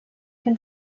can